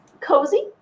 cozy